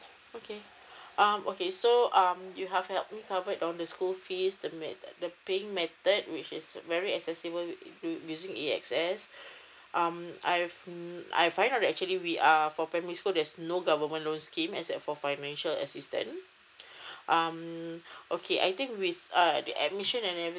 okay um okay so um you have helped me covered on the school fees the paying method which is very accessible using A_X_S um I've I have found out that actually for primary school there's no government loan scheme as uh except for financial assistance um okay I think with uh the admission and everything